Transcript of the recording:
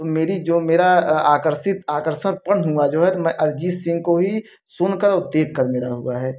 तो मेरी जो मेरा आकर्षित आकर्षणपन हुआ जो है तो मैं अरिजीत सिंह को ही सुन कर वो देख कर मेरा हुआ है